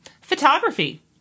photography